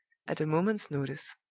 at a moment's notice.